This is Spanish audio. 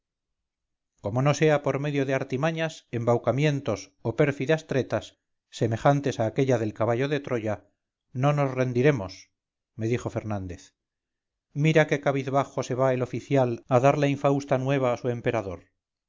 como no sea por medio de artimañas embaucamientos o pérfidas tretas semejantes a aquella del caballo de troya no nos rendiremos me dijo fernández mira qué cabizbajo se va el oficial a dar la infausta nueva a su emperador